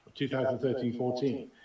2013-14